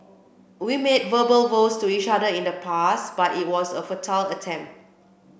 we made verbal vows to each other in the past but it was a futile attempt